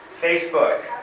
Facebook